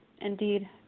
Indeed